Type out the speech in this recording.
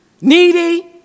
needy